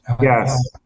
Yes